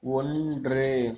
ஒன்று